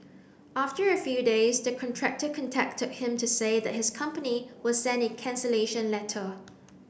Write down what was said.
after a few days the contractor contacted him to say that his company will send a cancellation letter